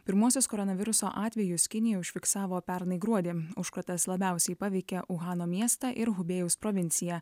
pirmuosius koronaviruso atvejus kinija užfiksavo pernai gruodį užkratas labiausiai paveikė uhano miestą ir hubėjaus provinciją